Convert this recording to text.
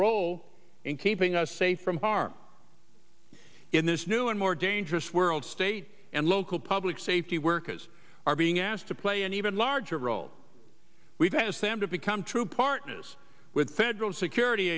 role in keeping us safe from harm in this new and more dangerous world state and local public safety workers are being asked to play an even larger role we've asked them to become true partners with federal security